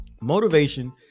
Motivation